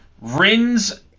Rins